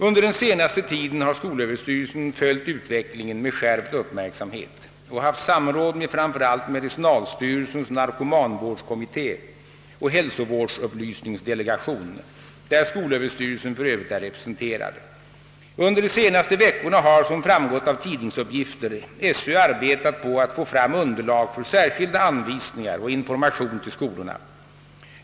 Under den senaste tiden har skolöverstyrelsen följt utvecklingen med skärpt uppmärksamhet och haft samråd med framför allt medicinalstyrelsens narkomanvårdskommitté och hälsovårdsupplysningsdelegation, där skolöverstyrelsen för övrigt är representerad. Under de senaste veckorna har, som framgått av tidningsuppgifter, skolöverstyrelsen arbetat på att få fram underlag för särskilda anvisningar och information till skolorna.